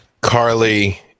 Carly